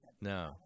No